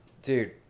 Dude